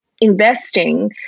investing